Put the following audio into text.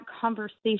conversation